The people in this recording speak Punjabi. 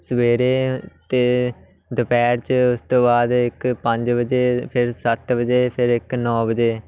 ਸਵੇਰੇ ਅਤੇ ਦੁਪਹਿਰ 'ਚ ਉਸ ਤੋਂ ਬਾਅਦ ਇੱਕ ਪੰਜ ਵਜੇ ਫਿਰ ਸੱਤ ਵਜੇ ਫਿਰ ਇੱਕ ਨੌ ਵਜੇ